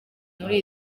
muri